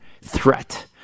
threat